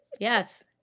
Yes